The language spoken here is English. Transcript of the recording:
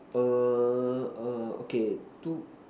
err err okay two